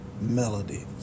melody